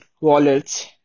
wallets